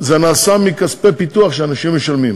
זה נעשה מכספי פיתוח שאנשים משלמים.